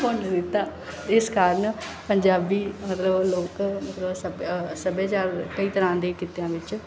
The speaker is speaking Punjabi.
ਭੁੰਨ ਦਿੱਤਾ ਇਸ ਕਾਰਨ ਪੰਜਾਬੀ ਮਤਲਬ ਲੋਕ ਮਤਲਬ ਸਭਿ ਸੱਭਿਆਚਾਰ ਕਈ ਤਰ੍ਹਾਂ ਦੇ ਕਿੱਤਿਆਂ ਵਿੱਚ